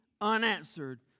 unanswered